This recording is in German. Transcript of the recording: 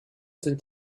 sind